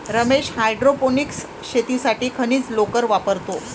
Ramesh hydroponics शेतीसाठी खनिज लोकर वापरतो